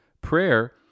Prayer